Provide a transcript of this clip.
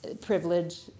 privilege